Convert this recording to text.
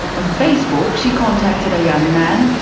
on facebook she contacted a young man,